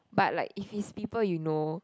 but like if it's people you know